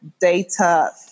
data